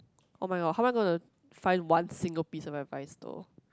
oh-my-god how am I gonna find one single piece of advice though